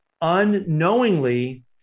unknowingly